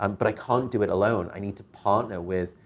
um but i can't do it alone. i need to partner with,